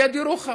על יד ירוחם,